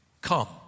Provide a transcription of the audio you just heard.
Come